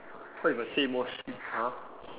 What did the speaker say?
what if i say more shit !huh!